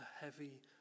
heavy